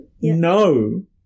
No